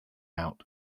out